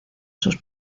sus